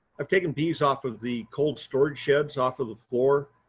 i've taken bees off of the cold storage sheds, off of the floor,